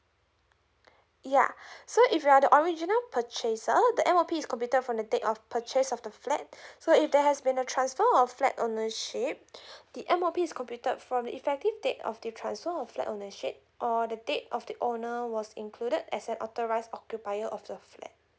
yeah so if you are the original purchaser the M_O_P is completed from the date of purchase of the flat so if there has been a transfer of flat ownership the M_O_P is completed from the effective date of the transfer of flat ownership or the date of the owner was included as an authorised occupier of the flat